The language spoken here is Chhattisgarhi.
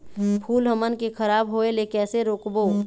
फूल हमन के खराब होए ले कैसे रोकबो?